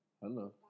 Hello